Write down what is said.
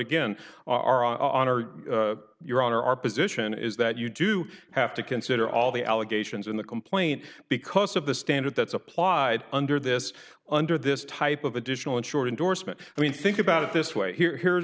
again are on our your honor our position is that you do have to consider all the allegations in the complaint because of the standard that's applied under this under this type of additional insured indorsement i mean think about it this way here here's